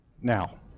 now